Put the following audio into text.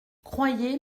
croyez